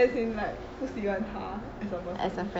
as in like 不喜欢他 as a person